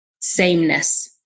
sameness